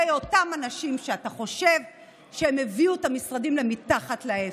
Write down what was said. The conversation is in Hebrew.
אותם אנשים שאתה חושב שהביאו את המשרדים למתחת לאפס.